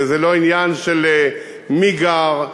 וזה לא עניין של מי גר,